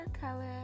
color